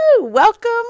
welcome